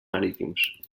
marítims